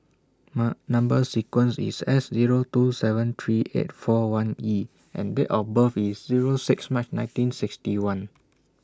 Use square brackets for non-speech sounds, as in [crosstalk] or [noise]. [unintelligible] Number sequence IS S Zero two seven three eight four one E and Date of birth IS Zero six March nineteen sixty one